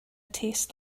tastes